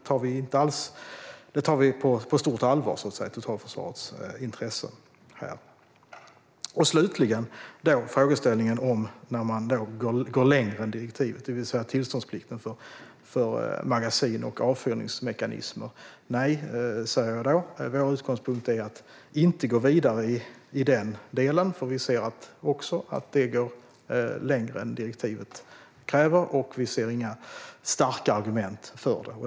Vi tar totalförsvarets intressen här på stort allvar. Slutligen när det gäller frågeställningen om ifall vi går längre än direktivet, det vill säga tillståndsplikt för magasin och avfyrningsmekanismer, är mitt svar: Nej, vår utgångspunkt är att inte gå vidare i den delen. Det går längre än vad direktivet kräver, och vi ser inga starka argument för det.